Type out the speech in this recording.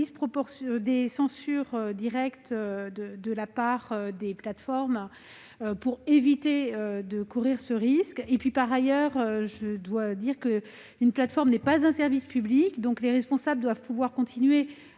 des censures directes de la part des plateformes pour éviter de courir ce risque. Par ailleurs, je me dois de rappeler qu'une plateforme n'est pas un service public, donc les responsables doivent pouvoir continuer à